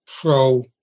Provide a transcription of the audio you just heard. pro